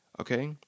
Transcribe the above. Okay